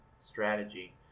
strategy